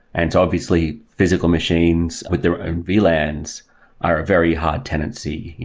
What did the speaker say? and obviously, physical machines with their own vlans are a very hard tenancy.